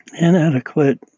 inadequate